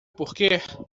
porque